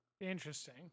Interesting